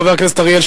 חבר הכנסת אריאל,